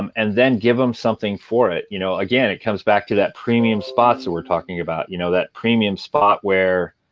um and then give them something for it. you know again, it comes back to that premium spots that we're talking about, you know that premium spot where